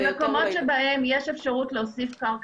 במקומות שבהם יש אפשרות להוסיף קרקע